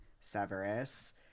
Severus